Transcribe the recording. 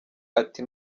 ati